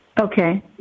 Okay